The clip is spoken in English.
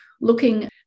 looking